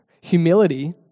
Humility